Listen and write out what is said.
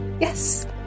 Yes